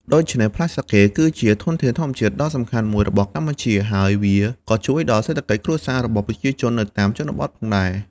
ដូច្នេះ ផ្លែសាកេគឺជាធនធានធម្មជាតិដ៏សំខាន់មួយរបស់កម្ពុជា ហើយវាក៏ជួយដល់សេដ្ឋកិច្ចគ្រួសាររបស់ប្រជាជននៅតាមជនបទផងដែរ។